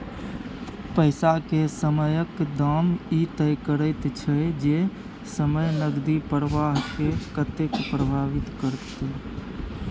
पैसा के समयक दाम ई तय करैत छै जे समय नकदी प्रवाह के कतेक प्रभावित करते